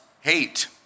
hate